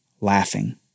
laughing